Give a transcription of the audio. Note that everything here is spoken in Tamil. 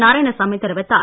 நாராயணசாமி தெரிவித்தார்